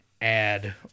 add